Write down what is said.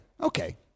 Okay